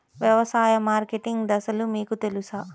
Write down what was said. వ్యవసాయ మార్కెటింగ్ దశలు మీకు తెలుసా?